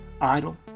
idle